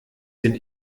sind